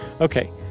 Okay